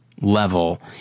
level